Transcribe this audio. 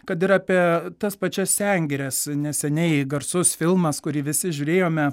kad ir apie tas pačias sengires neseniai garsus filmas kurį visi žiūrėjome